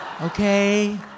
Okay